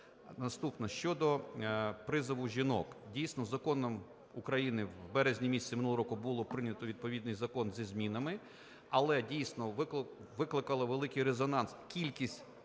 Наступне – щодо призову жінок. Дійсно, Законом України… в березні місяці минулого року було прийнято відповідний закон зі змінами. Але, дійсно, викликала великий резонанс кількість